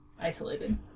Isolated